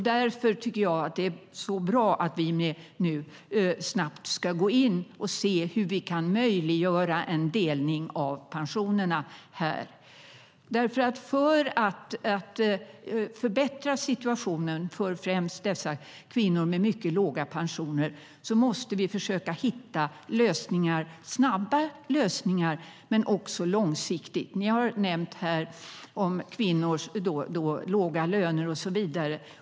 Därför är det bra att man ska se över om det går att möjliggöra en delning av pensionerna. För att förbättra situationen för främst dessa kvinnor med mycket låga pensioner måste vi försöka hitta snabba lösningar, men också långsiktiga lösningar. Här har nämnts kvinnors låga löner och så vidare.